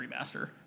remaster